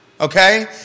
Okay